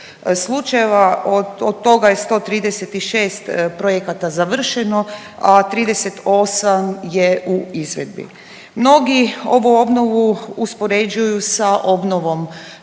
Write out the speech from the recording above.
slučajeva. Od toga je 136 projekata završeno, a 38 je u izvedbi. Mnogi ovu obnovu uspoređuju sa obnovom